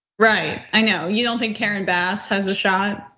right, i know you don't think karen bass has a shot?